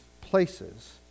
places